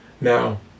now